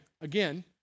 again